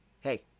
hey